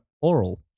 oral